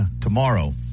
tomorrow